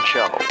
Show